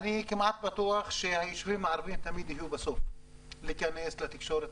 אני כמעט בטוח שהישובים הערבים תמיד יהיו בסוף להיכנס לתקשורת